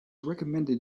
recommended